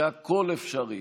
שהכול אפשרי.